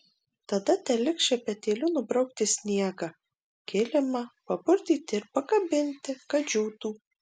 tada teliks šepetėliu nubraukti sniegą kilimą papurtyti ir pakabinti kad džiūtų